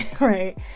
Right